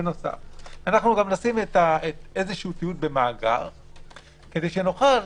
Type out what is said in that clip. נשים תיעוד במאגר במקרה הצורך כדי שנוכל